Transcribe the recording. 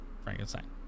Frankenstein